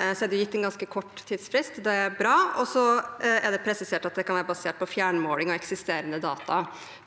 er det gitt en ganske kort tidsfrist. Det er bra. Det er presisert at det kan være basert på fjernmåling av eksisterende data